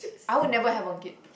I would never have a kid